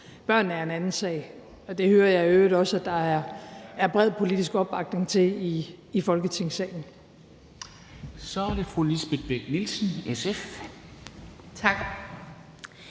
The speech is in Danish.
Børnene er en anden sag, og det hører jeg i øvrigt også at der er bred politisk opbakning til i Folketingssalen. Kl. 00:07 Formanden (Henrik Dam